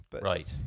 Right